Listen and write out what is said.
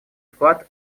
вклад